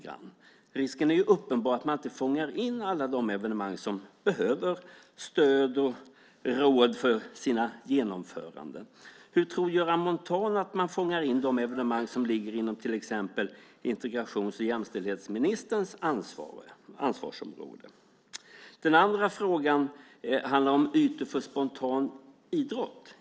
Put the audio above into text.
Risken är uppenbar att man inte fångar in alla de evenemang som behöver stöd och råd för att genomföras. Hur tror Göran Montan att man fångar in de evenemang som ligger inom till exempel integrations och jämställdhetsministerns ansvarsområde? Min andra fråga handlar om ytor för spontan idrott.